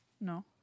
No